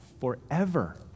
forever